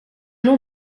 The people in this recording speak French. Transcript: nom